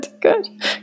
good